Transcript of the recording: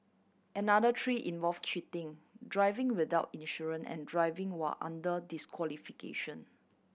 another three involve cheating driving without insurance and driving while under disqualification